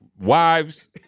Wives